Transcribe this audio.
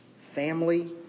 family